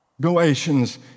Galatians